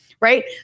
right